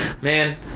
Man